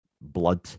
blood